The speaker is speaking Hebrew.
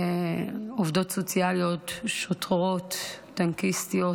עובדות סוציאליות, שוטרות, טנקיסטיות,